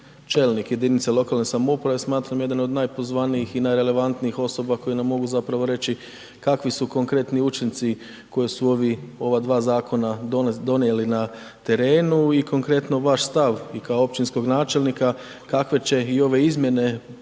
čelnik jedinice lokalne samouprave, smatram jedan od najpozvanijih i najrelevantnijih osoba koje nam mogu zapravo reći, kakvi su konkretni učinci, koje su ova dva zakona donijeli na terenu. I konkretno vaš stav i kao općinskog načelnika, kakve će i ove izmjene pomake